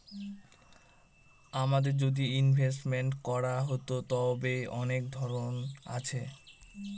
আমাদের যদি ইনভেস্টমেন্ট করার হতো, তবে অনেক ধরন আছে